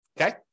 Okay